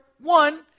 one